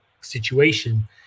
situation